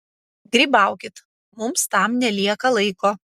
grybaukit mums tam nelieka laiko